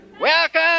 Welcome